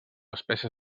espècie